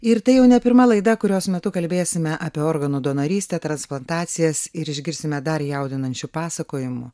ir tai jau ne pirma laida kurios metu kalbėsime apie organų donorystę transplantacijas ir išgirsime dar jaudinančių pasakojimų